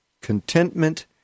contentment